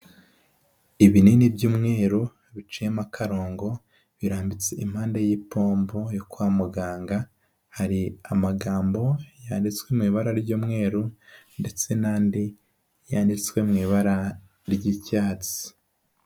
Ibinini by'umweru, biciyemo akarongo, birambitse impande y'ipombo yo kwa muganga, hari amagambo yanditswe mu ibara ry'umweru, ndetse n'andi yanditswe mu ibara ry'icyatsi.